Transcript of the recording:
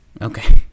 Okay